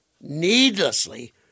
needlessly